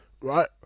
Right